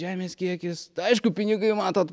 žemės kiekis aišku pinigai matot